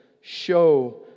show